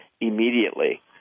immediately